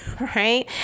right